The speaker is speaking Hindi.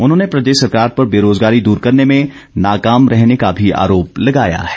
उन्होंने प्रदेश सरकार पर बेरोजगारी दूर करने में नाकाम रहने का भी आरोप लगाया है